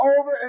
over